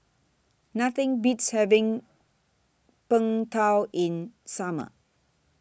Nothing Beats having Png Tao in Summer